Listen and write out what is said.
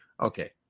Okay